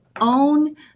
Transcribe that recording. own